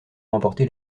emporter